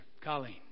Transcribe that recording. Colleen